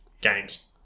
games